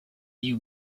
you